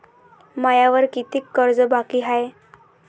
मायावर कितीक कर्ज बाकी हाय?